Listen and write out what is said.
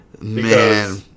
Man